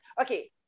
okay